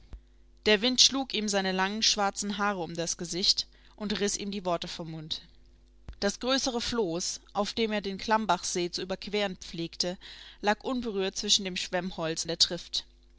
der wind schlug ihm seine langen schwarzen haare um das gesicht und riß ihm die worte vom mund das größere floß auf dem er den klammbachsee zu überqueren pflegte lag unberührt zwischen dem schwemmholz der trift